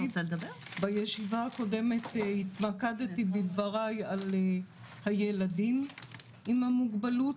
בישיבה הקודמת התמקדתי בדבריי על הילדים עם המוגבלות.